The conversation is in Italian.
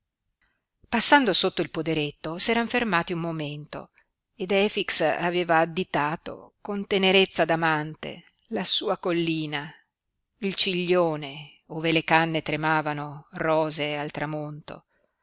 passando sotto il poderetto s'eran fermati un momento ed efix aveva additato con tenerezza d'amante la sua collina il ciglione ove le canne tremavano rosee al tramonto